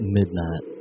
midnight